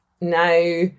now